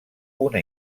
una